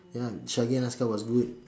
ya chage and aska was good